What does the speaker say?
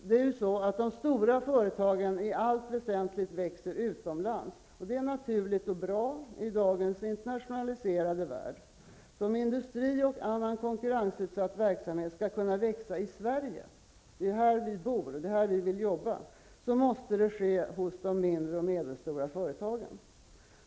De stora företagen i allt väsentligt växer utomlands, och det är naturligt och bra i dagens internationaliserade värld. Om industri och annan konkurrensutsatt verksamhet skall kunna växa i Sverige -- det är här som vi bor, och det är här som vi vill jobba -- måste det ske i de mindre och medelstora företagen.